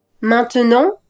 Maintenant